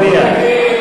בעד?